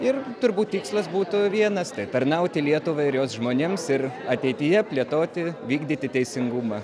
ir turbūt tikslas būtų vienas tai tarnauti lietuvai ir jos žmonėms ir ateityje plėtoti vykdyti teisingumą